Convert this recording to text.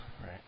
right